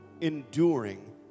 enduring